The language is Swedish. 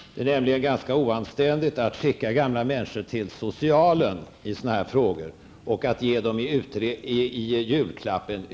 Det är nämligen ganska oanständigt att skicka gamla människor till ''socialen'' i sådana här frågor och att ge dem en utredning i julklapp.